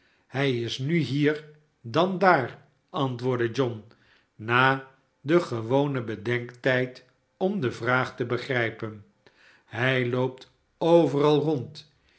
hij is nu hier dan daar antwoordde john na den gewonen bedenktijd om de vraag te begrijpen hij loopt overal rond